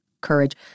courage